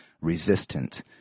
resistant